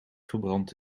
verbrand